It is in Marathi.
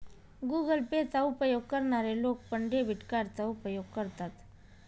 गुगल पे चा उपयोग करणारे लोक पण, डेबिट कार्डचा उपयोग करतात